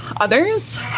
others